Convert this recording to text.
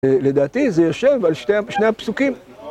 לדעתי זה יושב על שתי שני הפסוקים